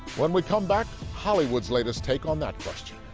when we come back, hollywood's latest take on that question.